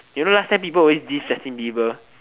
you know last time people always diss Justin Bieber